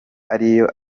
ariyo